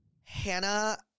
Hannah